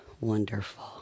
wonderful